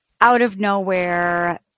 out-of-nowhere